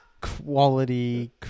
Quality